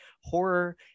horror